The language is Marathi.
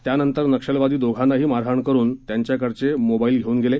त्यानंतर नक्षली दोघांनाही मारहाण करुन त्यांच्याकडील मोबाईल घेऊन गेले